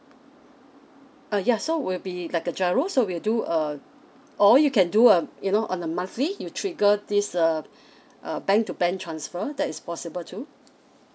ah ya so will be like a G_I_R_O so we do uh or you can do uh you know on the monthly you trigger this uh err bank to bank transfer that's possible too